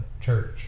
church